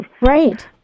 Right